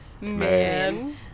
Man